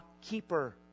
keeper